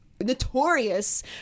notorious